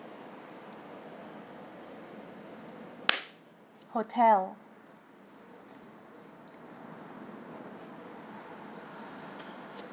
hotel